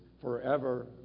forever